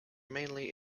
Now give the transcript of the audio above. mainly